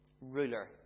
ruler